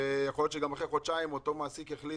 ויכול להיות שגם אחרי חודשיים אותו מעסיק יחליט,